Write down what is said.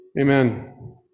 Amen